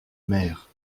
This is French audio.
mère